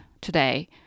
today